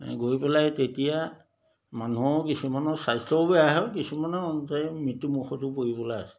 এ গৈ পেলাই তেতিয়া মানুহ কিছুমানৰ স্বাস্থ্যও বেয়া হয় কিছুমানৰ অনুযায়ী মৃত্যুমুখতো পৰিবলৈ আছে